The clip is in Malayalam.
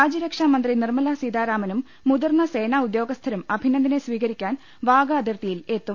രാജ്യരക്ഷാ മന്ത്രി നിർമ്മലാ സീതാരാമനും മുതിർന്ന സേനാ ഉദ്യോഗസ്ഥരും അഭിനന്ദിനെ സ്വീകരിക്കാൻ വാഗാ അതിർത്തിയിൽ എത്തും